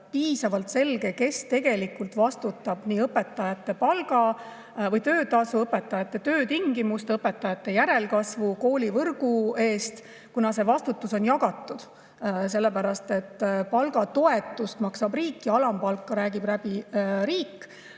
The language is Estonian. piisavalt selge, kes tegelikult vastutab õpetajate töötasu, õpetajate töötingimuste, õpetajate järelkasvu ja koolivõrgu eest. See vastutus on jagatud: palgatoetust maksab riik ja alampalka räägib läbi riik.